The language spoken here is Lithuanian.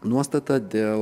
nuostata dėl